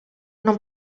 non